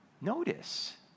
Notice